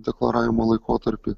deklaravimo laikotarpį